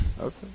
Okay